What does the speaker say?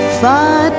far